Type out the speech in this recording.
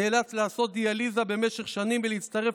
נאלץ לעשות דיאליזה במשך שנים ולהצטרף